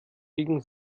biegen